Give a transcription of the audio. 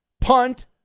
punt